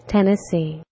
Tennessee